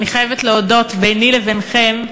אני חייבת להודות, ביני לביניכם,